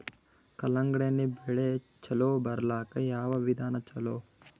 ಕಲ್ಲಂಗಡಿ ಬೆಳಿ ಚಲೋ ಬರಲಾಕ ಯಾವ ವಿಧಾನ ಚಲೋ?